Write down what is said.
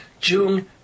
June